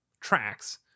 tracks